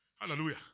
hallelujah